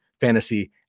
Fantasy